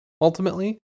ultimately